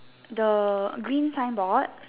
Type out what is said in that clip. the green signboard